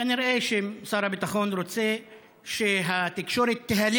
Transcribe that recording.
כנראה שר הביטחון רוצה שהתקשורת תהלל